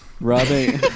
Robbing